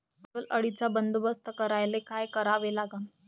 अस्वल अळीचा बंदोबस्त करायले काय करावे लागन?